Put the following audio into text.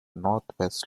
northwest